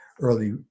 early